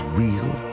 real